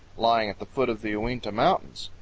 lying at the foot of the uinta mountains.